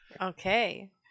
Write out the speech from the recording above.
Okay